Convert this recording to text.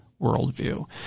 worldview